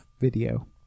video